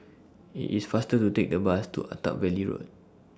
IT IS faster to Take The Bus to Attap Valley Road